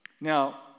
Now